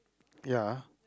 ya